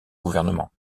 gouvernement